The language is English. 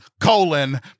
colon